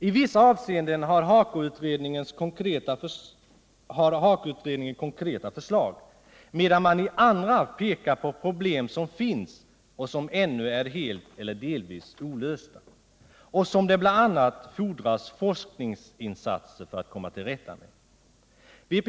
I vissa avseenden ger HAKO-utredningen konkreta förslag, medan den i andra avseenden pekar på problem som ännu är helt eller delvis olösta och som det bl.a. fordras forskningsinsatser för att komma till rätta med.